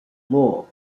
more